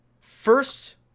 first